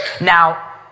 Now